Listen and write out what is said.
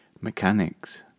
mechanics